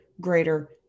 greater